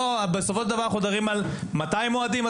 בסופו של דבר אנחנו מדברים על 200 אוהדים?